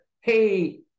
Hey